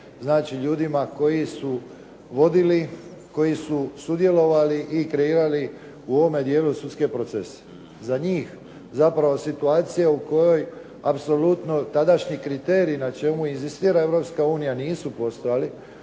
znači ljudima koji su vodili, koji su kreirali i sudjelovali u ovome dijelu sudske procese. Za njih situacija u kojoj apsolutno, tadašnji kriteriji na čemu inzistira Europska unija nisu postojali,